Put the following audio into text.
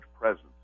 presence